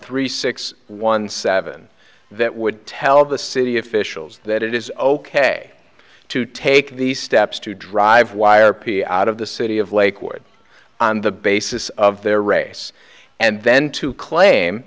three six one seven that would tell the city officials that it is ok to take these steps to drive wire p out of the city of lakewood on the basis of their race and then to claim